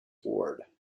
ward